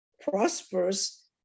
prosperous